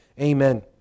amen